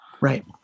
Right